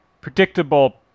predictable